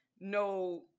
No